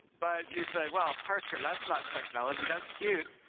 but you say, well, parker that's not technology. that's cute,